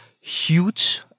huge